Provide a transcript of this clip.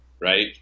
right